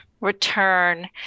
return